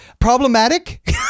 problematic